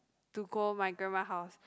to go my grandma house